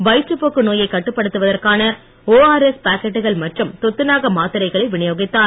வயிற்றுப்போக்கு நோயை கட்டுப்படுத்துவதற்கான ஓஆர்எஸ் பாக்கெட்டுகள் மற்றும் துத்தநாக மாத்திரைகளை வினியோகித்தார்